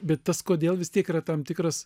bet tas kodėl vis tiek yra tam tikras